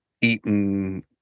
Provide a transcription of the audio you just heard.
Eaten